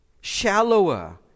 shallower